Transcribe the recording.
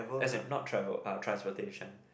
as an not travel ah transportation